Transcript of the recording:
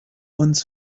uns